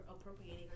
appropriating